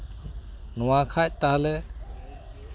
ᱱᱚᱣᱟ ᱠᱷᱟᱡ ᱛᱟᱦᱚᱞᱮ